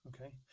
Okay